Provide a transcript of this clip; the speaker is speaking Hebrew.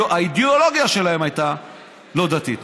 האידיאולוגיה שלהם הייתה לא דתית,